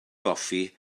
goffi